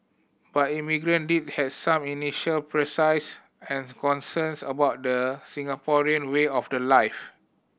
but immigrant did has some initial surprises and concerns about the Singaporean way of the life